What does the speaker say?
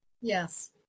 Yes